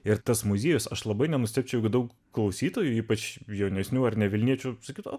ir tas muziejus aš labai nenustebčiau jeigu daug klausytojų ypač jaunesnių ar ne vilniečių sakytų o